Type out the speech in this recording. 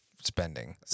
spending